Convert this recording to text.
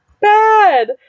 bad